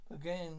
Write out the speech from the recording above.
again